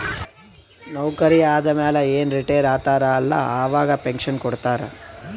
ನೌಕರಿ ಆದಮ್ಯಾಲ ಏನ್ ರಿಟೈರ್ ಆತಾರ ಅಲ್ಲಾ ಅವಾಗ ಪೆನ್ಷನ್ ಕೊಡ್ತಾರ್